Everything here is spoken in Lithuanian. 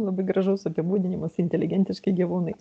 labai gražus apibūdinimas inteligentiški gyvūnai